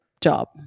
job